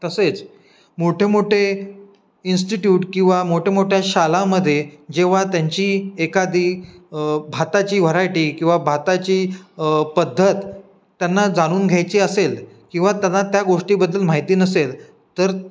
तसेच मोठे मोठे इन्स्टिट्यूट किंवा मोठ्या मोठ्या शाळेमध्ये जेव्हा त्यांची एखादी भाताची व्हरायटी किंवा भाताची पद्धत त्यांना जाणून घ्यायची असेल किंवा त्यांना त्या गोष्टीबद्दल माहिती नसेल तर